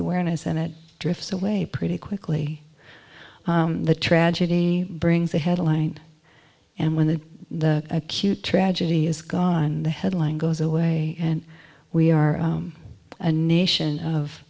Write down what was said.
awareness and it drifts away pretty quickly the tragedy brings the headlines and when the acute tragedy is gone the headline goes away and we are a nation of